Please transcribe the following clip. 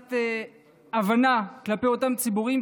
קצת הבנה כלפי אותם ציבורים,